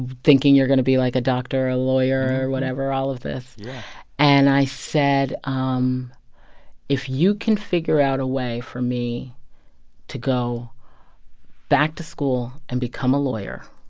thinking you're going to be, like, a doctor, a lawyer, whatever all of this yeah and i said, um if you can figure out a way for me to go back to school and become a lawyer,